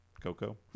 Coco